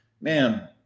man